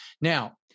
Now